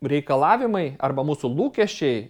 reikalavimai arba mūsų lūkesčiai